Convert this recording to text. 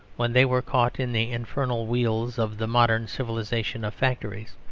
when they were caught in the infernal wheels of the modern civilisation of factories.